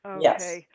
Yes